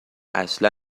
اصلا